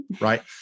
right